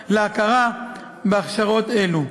הקשור להכרה בהכשרות אלו.